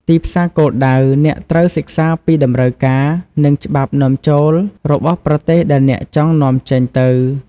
ទីផ្សារគោលដៅ អ្នកត្រូវសិក្សាពីតម្រូវការ និងច្បាប់នាំចូលរបស់ប្រទេសដែលអ្នកចង់នាំចេញទៅ។